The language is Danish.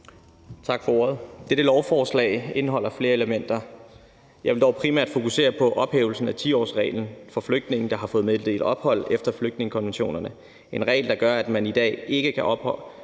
Tak for ordet, formand. Dette lovforslag indeholder flere elementer. Jeg vil dog primært fokusere på ophævelsen af 10-årsreglen for flygtninge, der har fået meddelt ophold efter flygtningekonventionerne. Det er en regel, der gør, at man i dag ikke kan ophæve